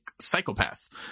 psychopath